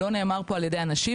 לא נאמר פה על ידי אנשים,